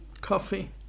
Coffee